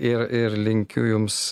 ir ir linkiu jums